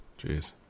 Jeez